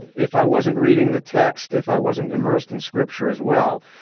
if i wasn't reading the text, if i wasn't immersed in scripture as well,